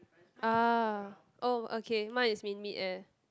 ah oh okay mine is in mid air